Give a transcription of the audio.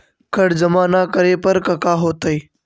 कर जमा ना करे पर कका होतइ?